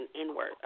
inward